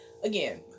Again